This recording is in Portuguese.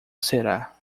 será